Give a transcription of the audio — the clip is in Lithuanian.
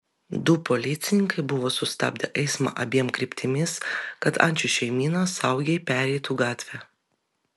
du policininkai buvo sustabdę eismą abiem kryptimis kad ančių šeimyna saugiai pereitų gatvę